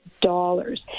dollars